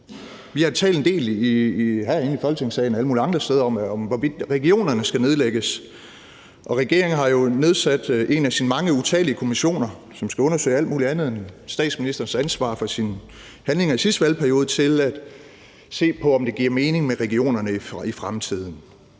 Vi har talt en del her i Folketingssalen og alle mulige steder om, hvorvidt regionerne skal nedlægges. Regeringen har jo nedsat en af sine utallige kommissioner, som skal undersøge alt muligt andet end statsministerens ansvar for sine handlinger i sidste valgperiode, og den skal se på, om det giver mening med regionerne i fremtiden.